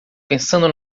pensando